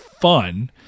fun